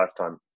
lifetime